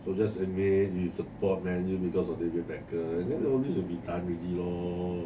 so just admit you support man U because of david beckham and then all these will be done already lor